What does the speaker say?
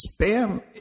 Spam